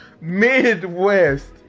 Midwest